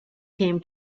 came